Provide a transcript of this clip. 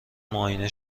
معاینه